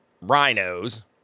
rhinos